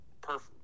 perfect